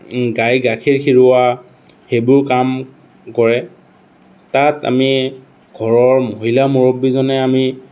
গাই গাখীৰ খৰুৱা সেইবোৰ কাম কৰে তাত আমি ঘৰৰ মহিলা মুৰব্বীজনে আমি